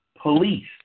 police